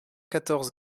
quatorze